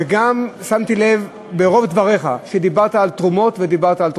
וגם שמתי לב שברוב דבריך דיברת על תרומות ודיברת על תרומות.